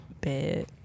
Bad